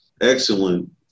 excellent